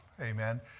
Amen